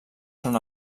són